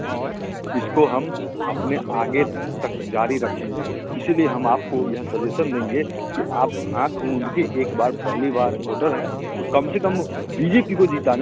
और इसको हम अपने आगे तक जारी रखेंगे इसलिए हम आपको यह सजेसन देंगे कि आप आँख मूंद के एक बार पहली बार भोटर हैं तो कम से कम बी जे पी को जिताने